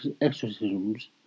exorcisms